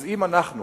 אז אם אנחנו,